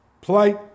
plate